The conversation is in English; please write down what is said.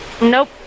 Nope